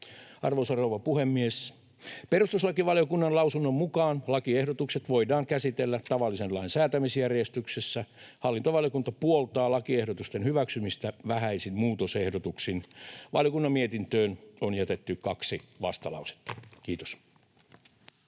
Arvoisa rouva puhemies! Perustuslakivaliokunnan lausunnon mukaan lakiehdotukset voidaan käsitellä tavallisen lain säätämisjärjestyksessä. Hallintovaliokunta puoltaa lakiehdotusten hyväksymistä vähäisin muutosehdotuksin. Valiokunnan mietintöön on jätetty kaksi vastalausetta. — Kiitos.